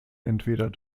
entweder